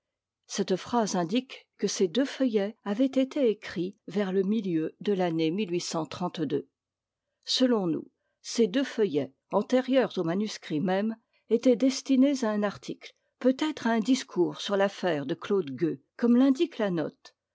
cette phrase indique que ces deux feuillets avaient été écrits vers le milieu de l'année selon nous ces deux feuillets antérieurs au manuscrit même étaient destinés à un article peut-être à un discours sur l'affaire de claude gueux comme l'indique la